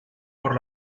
por